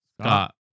Scott